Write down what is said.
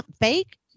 fake